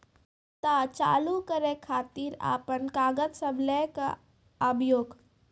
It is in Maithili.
खाता चालू करै खातिर आपन कागज सब लै कऽ आबयोक?